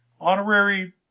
Honorary